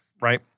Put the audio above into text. right